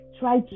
try